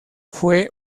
fue